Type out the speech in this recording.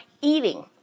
eating